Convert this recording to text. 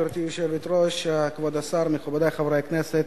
גברתי היושבת-ראש, כבוד השר, מכובדי חברי הכנסת,